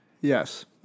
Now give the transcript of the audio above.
Yes